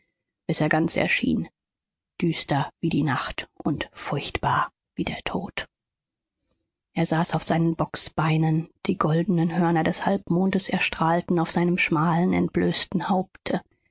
bis er ganz erschien düster wie die nacht und furchtbar wie der tod er saß auf seinen bocksbeinen die goldenen hörner des halbmondes erstrahlten auf seinem schmalen entblößten haupte